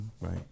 right